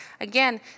Again